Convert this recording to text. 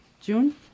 June